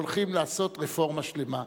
הולכים לעשות רפורמה שלמה.